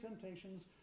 temptations